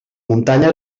muntanya